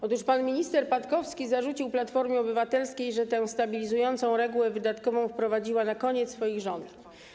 Otóż pan minister Patkowski zarzucił Platformie Obywatelskiej, że stabilizującą regułę wydatkową wprowadziła na koniec swoich rządów.